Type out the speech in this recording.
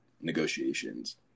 negotiations